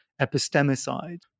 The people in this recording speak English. epistemicide